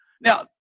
Now